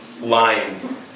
Lying